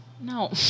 No